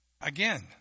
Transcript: Again